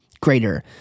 greater